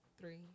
Three